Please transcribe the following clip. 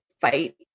fight